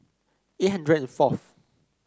eight hundred and forth